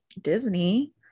disney